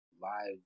live